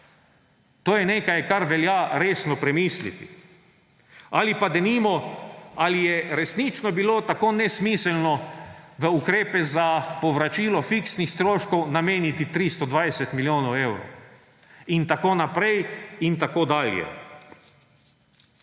To je nekaj, kar velja resno premisliti. Ali pa, denimo, ali je resnično bilo tako nesmiselno v ukrepe za povračilo fiksnih stroškov nameniti 320 milijonov evrov? In tako naprej in tako dalje.